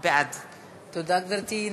בעד תודה, גברתי.